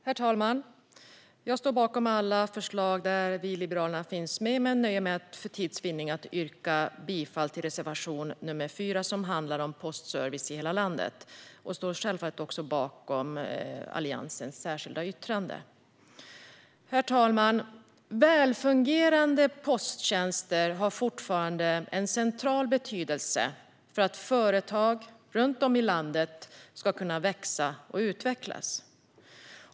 Herr talman! Jag står bakom alla förslag där Liberalerna finns med men nöjer mig för tids vinnande med att yrka bifall till reservation nr 4, som handlar om postservice i hela landet. Jag står självfallet också bakom Alliansens särskilda yttrande. Herr talman! Välfungerande posttjänster har fortfarande central betydelse för att företag runt om i landet ska kunna växa och utvecklas.